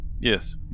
Yes